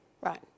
right